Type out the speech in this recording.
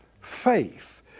faith